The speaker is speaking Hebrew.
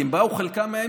כי הם באו חלקם מהימין,